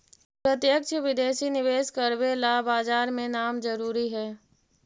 प्रत्यक्ष विदेशी निवेश करवे ला बाजार में नाम जरूरी है